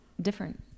different